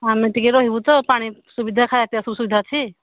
ଆମେ ଟିକେ ରହିବୁ ତ ପାଣି ସୁବିଧା ଖାଇବାପିଇବା ସବୁ ସୁବିଧା ଅଛି